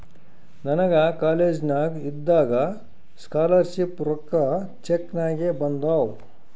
ನನಗ ಕಾಲೇಜ್ನಾಗ್ ಇದ್ದಾಗ ಸ್ಕಾಲರ್ ಶಿಪ್ ರೊಕ್ಕಾ ಚೆಕ್ ನಾಗೆ ಬಂದಾವ್